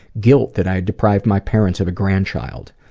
guilt that i deprived my parents of a grandchild.